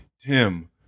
Tim